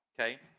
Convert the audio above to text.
okay